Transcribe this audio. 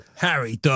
Harry